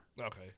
Okay